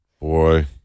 boy